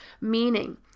meaning